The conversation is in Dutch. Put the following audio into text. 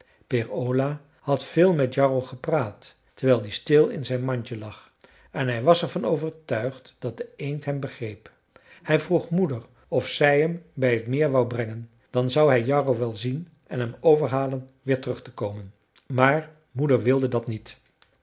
peer ola had veel met jarro gepraat terwijl die stil in zijn mandje lag en hij was er van overtuigd dat de eend hem begreep hij vroeg moeder of zij hem bij het meer wou brengen dan zou hij jarro wel zien en hem overhalen weer terug te komen maar moeder wilde dat niet